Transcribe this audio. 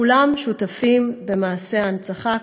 כולם שותפים במעשי ההנצחה,